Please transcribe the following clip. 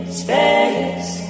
space